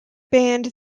band